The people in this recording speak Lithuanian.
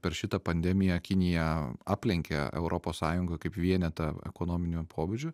per šitą pandemiją kinija aplenkė europos sąjungą kaip vienetą ekonominiu pobūdžiu